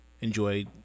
enjoy